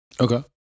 Okay